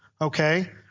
okay